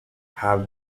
have